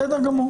בסדר גמור.